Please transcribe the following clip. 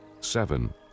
Seven